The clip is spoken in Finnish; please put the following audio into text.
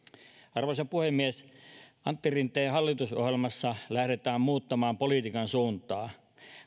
arvoisa puhemies antti rinteen hallitusohjelmassa lähdetään muuttamaan politiikan suuntaa